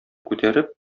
күтәреп